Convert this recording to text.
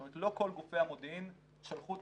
זאת אומרת לא כל גופי המודיעין שלחו את